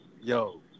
Yo